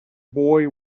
boy